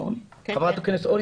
- חברת הכנסת פרומן,